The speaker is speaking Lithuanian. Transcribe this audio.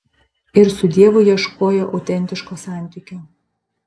ir su dievu ieškojo autentiško santykio